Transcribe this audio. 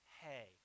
hey